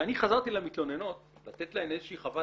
כשאני חזרתי למתלוננות לתת להן איזושהי חוות